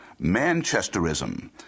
Manchesterism